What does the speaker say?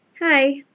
Hi